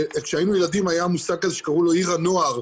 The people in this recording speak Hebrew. כשהיינו ילדים היה מושג כזה שקראו לו עיר הנוער,